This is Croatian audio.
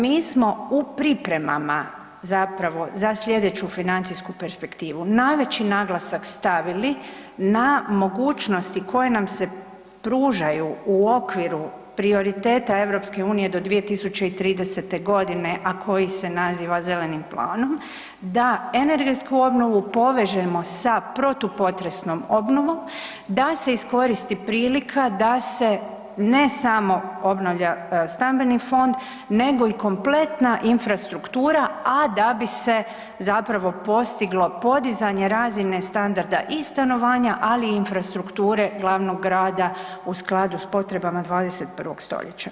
Mi smo u priprema zapravo za slijedeću financijsku perspektivu najveći naglasak stavili na mogućnosti koje nam se pružaju u okviru prioriteta EU do 2030. godine, a koji se naziva zelenim planom da energetsku obnovu povežemo sa protupotresnom obnovom, da se iskoristi prilika da se ne samo obnavlja stambeni fond nego i kompletna infrastruktura, a da bi se zapravo postiglo podizanje razine standarda i stanovanja, ali i infrastrukture glavnog grada u skladu s potrebama 21. stoljeća.